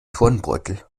turnbeutel